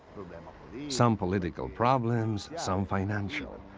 some political problems. some fiinancial.